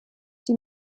die